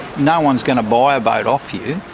no one's going to buy a boat off you,